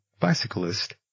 bicyclist